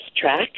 track